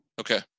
Okay